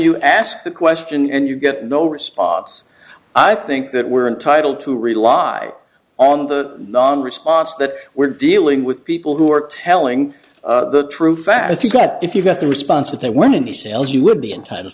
you ask the question and you get no response i think that we're entitled to rely on the non response that we're dealing with people who are telling the true fact if you got if you got the response that there weren't any sales you would be entitled